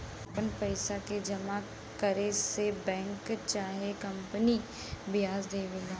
आपन पइसा के जमा करे से बैंक चाहे कंपनी बियाज देवेला